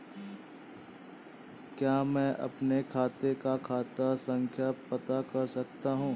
क्या मैं अपने खाते का खाता संख्या पता कर सकता हूँ?